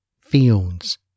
fields